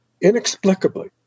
inexplicably